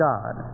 God